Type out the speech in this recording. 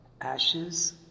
ashes